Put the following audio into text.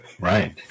Right